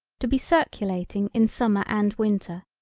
to be circulating in summer and winter,